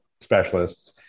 specialists